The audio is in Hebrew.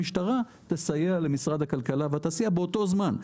המשטרה תסייע למשרד הכלכלה והתעשייה באותו זמן,